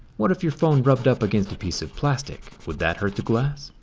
what if your phone rubbed up against a piece of plastic. would that hurt the glass?